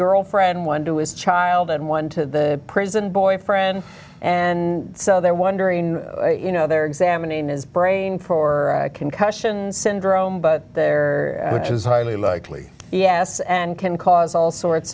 girlfriend one to his child and one to the prison boyfriend and so they're wondering you know they're examining his brain for concussion syndrome but there which is highly likely yes and can cause all sorts